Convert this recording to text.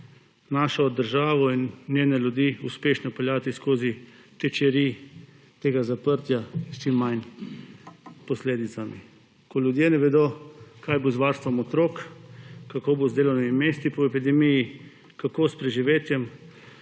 našo državo in njene ljudi uspešno peljati skozi čiri tega zaprtja s čim manj posledicami. Ljudje ne vedo, kaj bo z varstvom otrok, kako bo z delovnimi mesti po akademiji, kako s preživetjem,